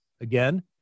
Again